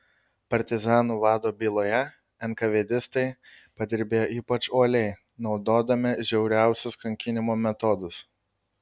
partizanų vado byloje enkavėdistai padirbėjo ypač uoliai naudodami žiauriausius kankinimo metodus